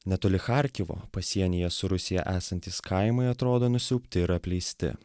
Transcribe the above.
netoli charkovo pasienyje su rusija esantys kaimai atrodo nusiaubti ir apleisti